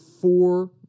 four